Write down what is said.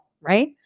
right